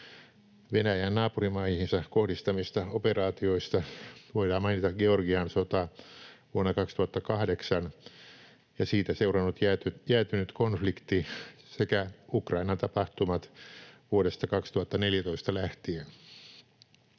Venäjän naapurimaihinsa kohdistamista operaatioista voidaan mainita Georgian sota vuonna 2008 ja siitä seurannut jäätynyt konflikti sekä Ukrainan tapahtumat vuodesta 2014 lähtien.